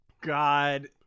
God